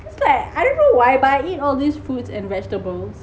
cause like I don't know why but I eat all this food and vegetables